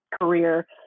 career